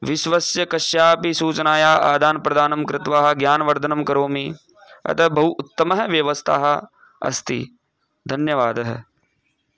विश्वस्य कस्यापि सूचनायाः आदानप्रदानं कृत्वा ज्ञानवर्धनं करोमि अतः बहु उत्तमः व्यवस्थाः अस्ति धन्यवादः